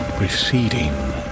receding